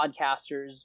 podcasters